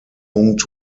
punkt